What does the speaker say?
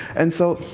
and so